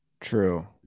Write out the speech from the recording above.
True